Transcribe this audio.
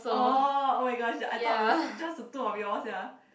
orh oh my gosh I thought it was just the two of you all sia